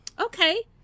okay